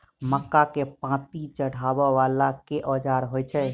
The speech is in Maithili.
मक्का केँ पांति चढ़ाबा वला केँ औजार होइ छैय?